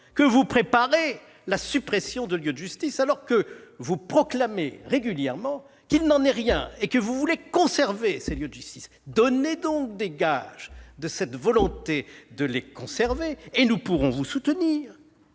-que vous préparez la suppression de lieux de justice, alors que vous proclamez régulièrement qu'il n'en est rien et que vous voulez conserver ces lieux de justice. Donnez-nous des gages de cette volonté de les conserver et nous pourrons vous soutenir.